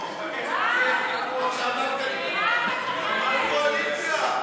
חברי הקואליציה,